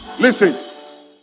Listen